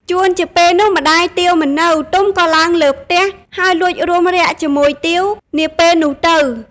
ជួនជាពេលនោះម្តាយទាវមិននៅ ទុំក៏ឡើងលើផ្ទះហើយលួចរួមរ័ក្សជាមួយទាវនាពេលនោះទៅ ។